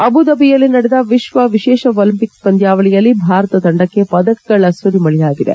ಅಬುದಾಬಿಯಲ್ಲಿ ನಡೆದ ವಿಶ್ವ ವಿಶೇಷ ಒಲಿಂಪಿಕ್ಸ್ ಪಂದ್ಲಾವಳಿಯಲ್ಲಿ ಭಾರತ ತಂಡಕ್ಕೆ ಪದಕಗಳ ಸುರಿಮಳೆಯಾಗಿದೆ